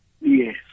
Yes